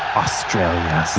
australia